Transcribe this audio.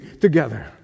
together